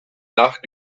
nacht